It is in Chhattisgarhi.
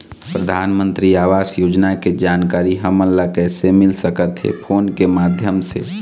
परधानमंतरी आवास योजना के जानकारी हमन ला कइसे मिल सकत हे, फोन के माध्यम से?